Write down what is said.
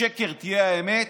השקר יהיה האמת,